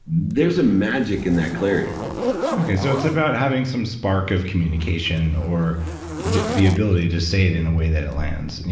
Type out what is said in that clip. there's a magic in that clarity okay, so it's about having some spark of communication, or the ability to say it in a way that it lands.